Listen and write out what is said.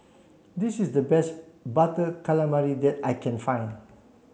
this is the best butter calamari that I can find